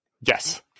Yes